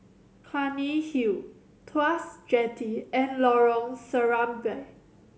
Clunny Hill Tuas Jetty and Lorong Serambi